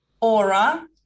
aura